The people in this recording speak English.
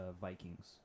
Vikings